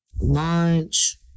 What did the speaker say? lunch